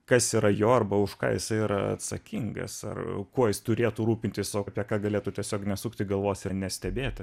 kas yra jo arba už ką jisai yra atsakingas ar kuo jis turėtų rūpintis o apie ką galėtų tiesiog nesukti galvos ir nestebėti